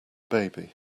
baby